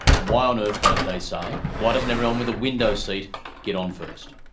why on earth don't they say why doesn't everyone with a window seat get on first?